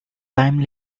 time